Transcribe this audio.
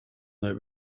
their